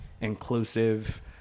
inclusive